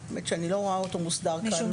אני לא רואה אותו מוסדר כאן.